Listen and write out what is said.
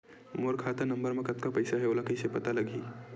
मोर खाता नंबर मा कतका पईसा हे ओला कइसे पता लगी?